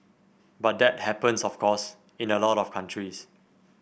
but that happens of course in a lot of countries